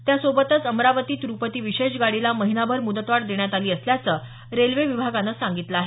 त्यासोबतच अमरावती तिरुपती विशेष गाडीला महिनाभर मुदतवाढ देण्यात आली असल्याचं रेल्वे विभागाकडून कळवण्यात आलं आहे